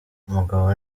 umugabo